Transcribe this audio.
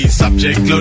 subject